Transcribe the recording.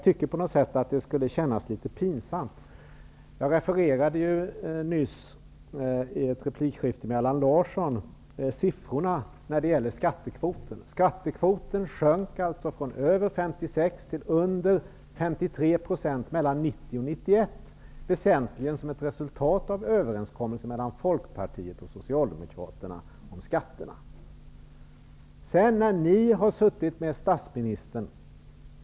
I ett replikskifte med Allan Larsson refererade jag nyss siffrorna för skattekvoten. Skattekvoten sjönk alltså från drygt 1992 då vi haft en borgerlig statsminister har skattekvoten i stort sett legat konstant.